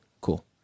Cool